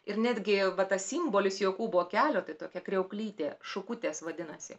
ir netgi va tas simbolis jokūbo kelio tai tokia kriauklytė šukutės vadinasi